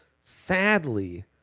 Sadly